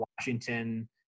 Washington